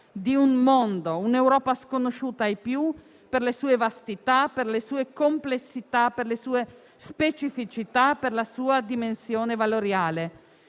di un mondo e un'Europa sconosciuta ai più, per le sue vastità, per le sue complessità, per le sue specificità e per la sua dimensione valoriale.